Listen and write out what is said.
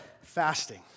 fasting